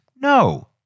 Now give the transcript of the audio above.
No